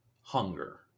hunger